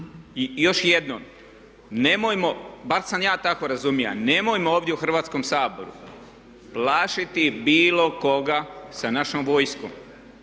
i još jednom, nemojmo, barem sam ja to razumio, nemojmo ovdje u Hrvatskom saboru plašiti bilo koga sa našom vojskom.